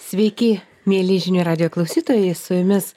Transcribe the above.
sveiki mieli žinių radijo klausytojai su jumis